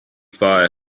fire